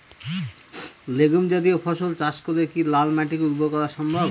Legume জাতীয় ফসল চাষ করে কি লাল মাটিকে উর্বর করা সম্ভব?